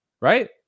right